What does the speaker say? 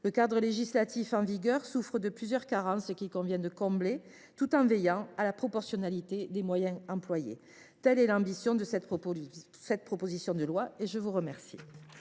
Le cadre législatif en vigueur souffre de plusieurs carences, qu’il convient de combler, tout en veillant à la proportionnalité des moyens employés. Telle est l’ambition de cette proposition de loi. La parole est à M.